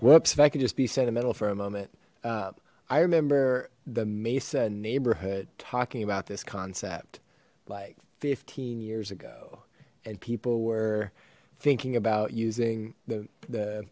whoops if i could just be sentimental for a moment um i remember the mesa neighborhood talking about this concept like fifteen years ago and people were thinking about using the the